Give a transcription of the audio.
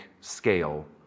scale